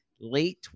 late